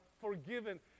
forgiven